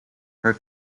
her